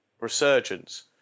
Resurgence